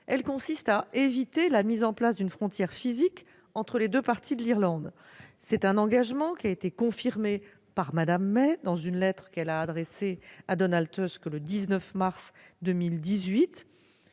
2017, consiste à éviter la mise en place d'une frontière physique entre les deux parties de l'Irlande. C'est un engagement qui a été confirmé par Mme May, dans une lettre adressée à Donald Tusk le 19 mars 2018.